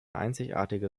einzigartige